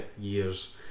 years